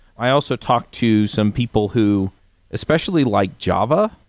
i also talked to some people who especially liked java.